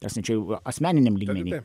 ta prasme čia jau asmeniniam lygmeny